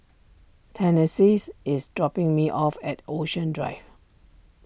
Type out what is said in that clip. Tennessee is dropping me off at Ocean Drive